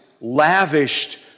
lavished